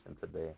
today